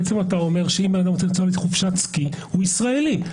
אתה בעצם אומר שאם אדם רוצה לצאת לחופשת סקי והוא ישראלי,